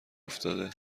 افتاده